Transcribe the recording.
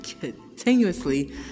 continuously